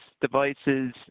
devices